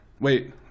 Wait